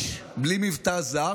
בלי מבטא זר.